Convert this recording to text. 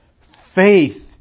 faith